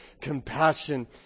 compassion